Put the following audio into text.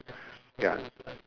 ya